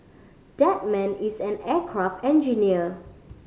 that man is an aircraft engineer